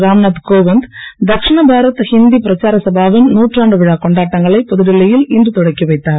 ராம்நாத் கோவிந்த் தக்ஷிண பாரத் இந்தி பிரச்சார சபாவின் நூற்றாண்டு விழா கொண்டாட்டங்களை புதுடெல்லியில் இன்று தொடக்கி வைத்தார்